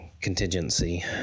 contingency